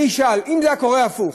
אני אשאל: אם היה קורה הפוך,